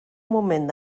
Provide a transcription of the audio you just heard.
moment